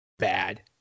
bad